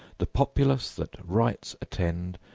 the populace that rites attend,